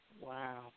Wow